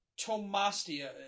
Tomastia